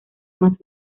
más